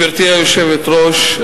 גברתי היושבת-ראש,